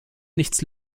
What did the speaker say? nichts